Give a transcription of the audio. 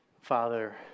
Father